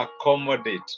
accommodate